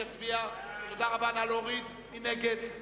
מי נגד?